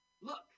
Look